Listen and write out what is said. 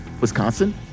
Wisconsin